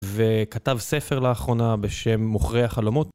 וכתב ספר לאחרונה בשם מוכרי החלומות.